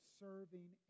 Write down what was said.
serving